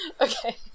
okay